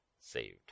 saved